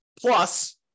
Plus